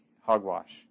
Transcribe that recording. hogwash